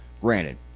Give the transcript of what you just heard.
Granted